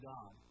God